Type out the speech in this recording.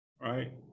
right